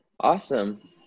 Awesome